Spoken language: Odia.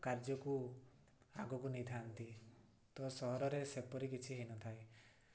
କାର୍ଯ୍ୟକୁ ଆଗକୁ ନେଇଥାନ୍ତି ତ ସହରରେ ସେପରି କିଛି ହେଇନଥାଏ